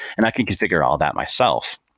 and i can configure all of that myself